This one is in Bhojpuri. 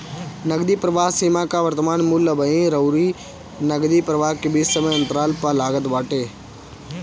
नगदी प्रवाह सीमा कअ वर्तमान मूल्य अबही अउरी नगदी प्रवाह के बीच के समय अंतराल पअ लागत बाटे